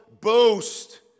boast